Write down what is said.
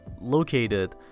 located